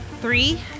three